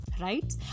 right